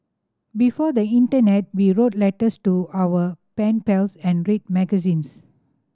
before the internet we wrote letters to our pen pals and read magazines